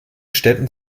städten